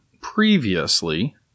previously